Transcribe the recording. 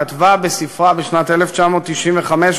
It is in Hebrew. כתבה בספרה בשנת 1995,